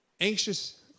anxious